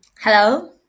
Hello